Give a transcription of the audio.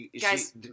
Guys